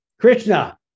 Krishna